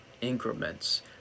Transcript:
increments